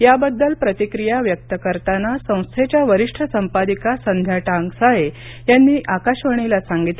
याबद्दल प्रतिक्रिया व्यक्त करताना संस्थेच्या वरिष्ठ संपादिका संध्या टाकसाळे यांनी आकाशवाणीला सांगितलं